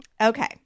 Okay